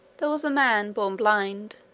there was a man born blind,